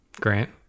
Grant